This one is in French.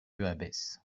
abbesse